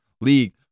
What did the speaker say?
league